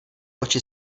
oči